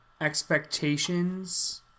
expectations